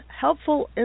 helpful